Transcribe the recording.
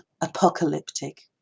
apocalyptic